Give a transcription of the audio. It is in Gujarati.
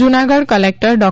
જૂનાગઢ કલેકટર ડો